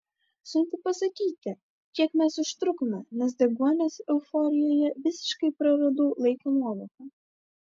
sunku pasakyti kiek mes užtrukome nes deguonies euforijoje visiškai praradau laiko nuovoką